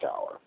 hour